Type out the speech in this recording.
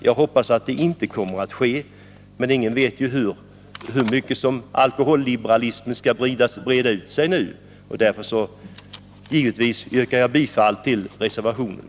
Jag hoppas det inte kommer att ske, meningen vet ju hur mycket alkoholliberalismen kommer att breda ut sig nu. Därför yrkar jag givetvis bifall till reservationen.